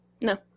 No